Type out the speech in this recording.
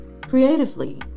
creatively